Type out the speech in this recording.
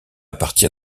partir